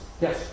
Yes